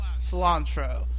cilantro